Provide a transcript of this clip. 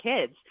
kids